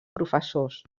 professors